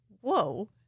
whoa